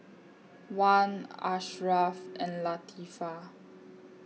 Wan Asharaff and Latifa